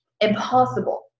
impossible